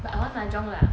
but I want mahjong lah